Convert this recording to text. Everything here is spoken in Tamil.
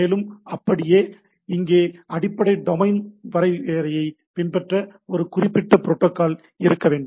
மேலும் அப்படியே இங்கே அடிப்படை டொமைன் வரையறையைப் பின்பற்ற ஒரு குறிப்பிட்ட புரோட்டோக்கால் இருக்க வேண்டும்